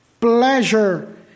pleasure